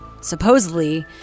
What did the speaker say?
supposedly